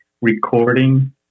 recording